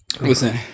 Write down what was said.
listen